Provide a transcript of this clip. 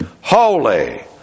holy